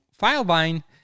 FileVine